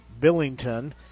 Billington